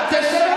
תשב,